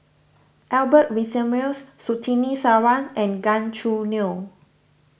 Albert Winsemius Surtini Sarwan and Gan Choo Neo